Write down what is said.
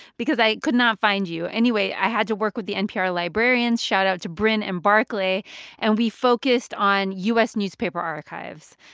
because i could not find you. anyway, i had to work with the npr librarians shoutout to brin and barclay and we focused on u s. newspaper archives.